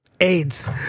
AIDS